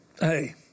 hey